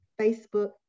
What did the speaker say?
Facebook